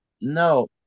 No